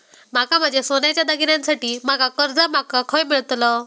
माका माझ्या सोन्याच्या दागिन्यांसाठी माका कर्जा माका खय मेळतल?